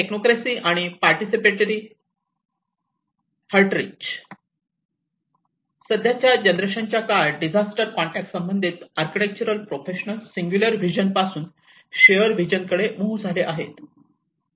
technocracy आणि participatory र्हेटरीच Technocracy and participatory rhetoric सध्याच्या जनरेशन च्या काळात डिझास्टर कॉन्टॅक्ट संबंधित आर्किटेक्चर प्रोफेशनल सिंगुलर विजन पासून शेअर विजन कडे मुव्ह झाले आहे